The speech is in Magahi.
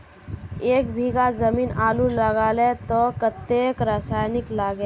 एक बीघा जमीन आलू लगाले तो कतेक रासायनिक लगे?